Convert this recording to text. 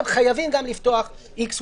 אתם חייבים גם לפתוח X,